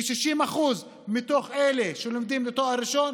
ו-60% מתוך אלה שלומדים לתואר ראשון